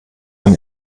ein